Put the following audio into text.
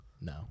No